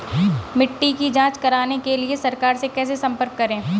मिट्टी की जांच कराने के लिए सरकार से कैसे संपर्क करें?